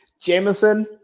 Jameson